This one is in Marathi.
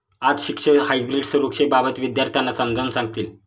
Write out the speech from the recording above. आज शिक्षक हायब्रीड सुरक्षेबाबत विद्यार्थ्यांना समजावून सांगतील